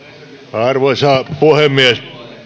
arvoisa puhemies